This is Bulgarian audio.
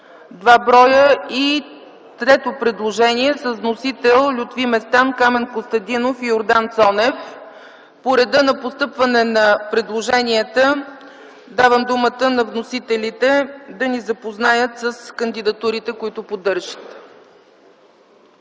народни представители, и от Лютви Местан, Камен Костадинов и Йордан Цонев. По реда на постъпване на предложенията давам думата на вносителите да ни запознаят с кандидатурите, които поддържат.